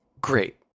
Great